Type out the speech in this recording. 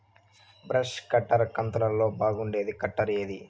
Brush cutter కంతులలో బాగుండేది cutter ఏది?